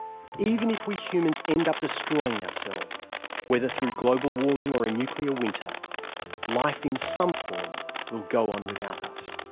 even if we humans end up destroying ourselves whether through global warming or a nuclear winter life in some form will go on without us.